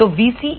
तो VCEQ VCC 2